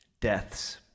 deaths